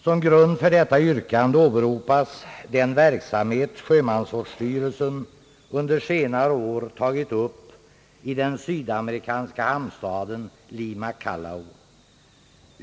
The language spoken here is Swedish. Som grund för detta yrkande åberopas den verksamhet, som Sjömansvårdsstyrelsen under senare år tagit upp i den Sydamerikanska hamnstaden Lima-Callao.